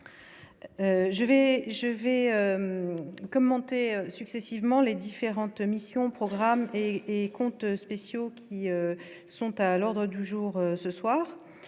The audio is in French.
je vais commenter successivement les différentes missions programmes et et comptes spéciaux qui sont à l'ordre du jour. Ce soir